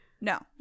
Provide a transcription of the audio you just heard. no